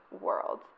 world